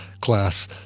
class